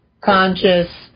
conscious